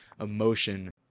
emotion